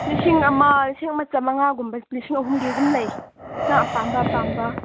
ꯂꯤꯁꯤꯡ ꯑꯃ ꯂꯤꯁꯤꯡ ꯑꯃ ꯆꯥꯝꯃꯉꯥꯒꯨꯝꯕ ꯂꯤꯁꯤꯡ ꯑꯍꯨꯝꯒꯤ ꯑꯗꯨꯝ ꯂꯩ ꯅꯪ ꯑꯄꯥꯝꯕ ꯑꯄꯥꯝꯕ